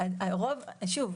שוב,